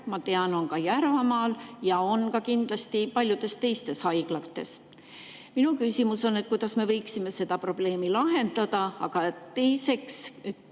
ma tean, on Järvamaal ja kindlasti ka paljudes teistes haiglates. Minu küsimus on, et kuidas me võiksime seda probleemi lahendada. Teiseks küsin